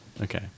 Okay